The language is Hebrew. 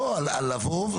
נבוא,